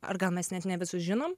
ar gal mes net ne visus žinom